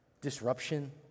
Disruption